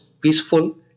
peaceful